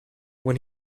when